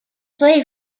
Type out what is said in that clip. play